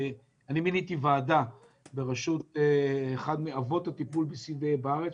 אני מיניתי וועדה בראשות אחד מאבות הטיפול בארץ,